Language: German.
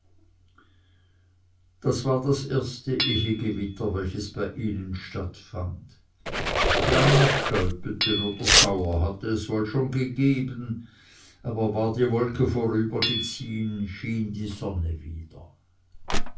das war das erste ehegewitter welches bei ihnen stattfand kleine stäupeten oder schauer hatte es wohl schon gegeben aber war die wolke vorübergezogen schien die sonne wieder